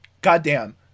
Goddamn